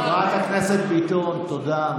חברת הכנסת ביטון, תודה.